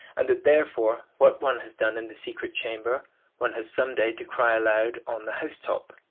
and that therefore what one has done in the secret chamber one has some day to cry aloud on the housetop.